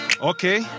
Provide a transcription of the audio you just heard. Okay